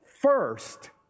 first